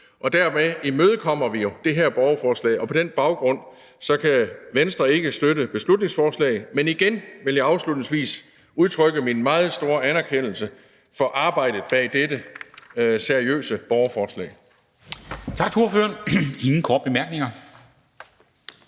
og dermed imødekommer vi jo det her borgerforslag. På den baggrund kan Venstre ikke støtte beslutningsforslaget. Men igen vil jeg afslutningsvis udtrykke min meget store anerkendelse for arbejdet bag dette seriøse borgerforslag. Kl. 16:49 Formanden